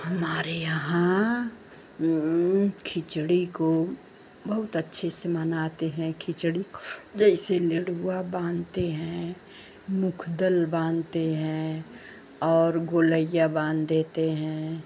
हमारे यहाँ खिचड़ी को बहुत अच्छे से मनाते हैं खिचड़ी को जैसे नेड़ुवा बाँधते हैं मुखदल बाँधते हैं और गोलैया बाँध देते हैं